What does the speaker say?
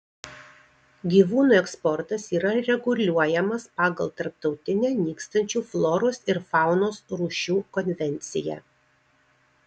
gyvūnų eksportas yra reguliuojamas pagal tarptautinę nykstančių floros ir faunos rūšių konvenciją